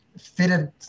fitted